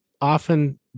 often